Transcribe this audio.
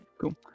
Cool